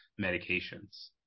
medications